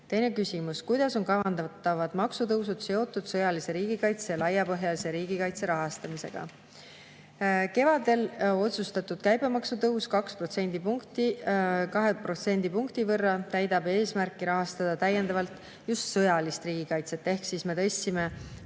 Teine küsimus: "Kuidas on kavandatavad maksutõusud seotud sõjalise riigikaitse ja laiapõhjalise riigikaitse rahastamisega?" Kevadel otsustatud käibemaksutõus 2 protsendipunkti täidab eesmärki rahastada täiendavalt just sõjalist riigikaitset. Me tõstsime